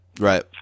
Right